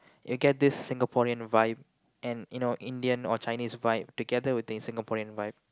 you'll get this Singaporean vibe and you know Indian and Chinese vibe together with this Singaporean vibe